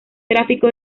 tráfico